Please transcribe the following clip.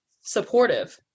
supportive